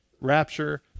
rapture